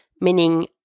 Meaning